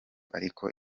ariko